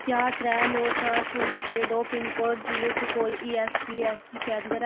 क्या त्रै नौ चार शून्य छे दो पिनकोड जि'ले च कोई E S P A C केंदर ऐ